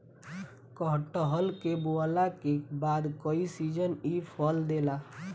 कटहल के बोअला के बाद कई सीजन इ फल देला